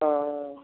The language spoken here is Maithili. हँ